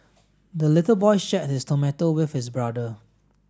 the little boy shared his tomato with his brother